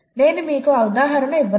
నేను మీకు ఆ ఉదాహరణ ఇవ్వను